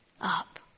up